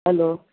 hello